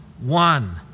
one